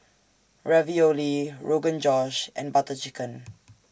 Ravioli Rogan Josh and Butter Chicken